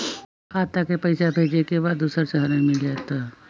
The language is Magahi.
खाता के पईसा भेजेए के बा दुसर शहर में मिल जाए त?